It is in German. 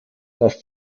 das